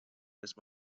اسم